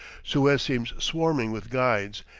suez seems swarming with guides,